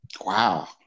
Wow